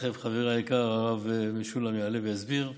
שתכף חברי היקר הרב משולם יעלה ויסביר עליו,